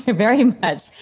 ah very much.